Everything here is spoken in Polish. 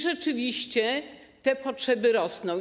Rzeczywiście te potrzeby rosną.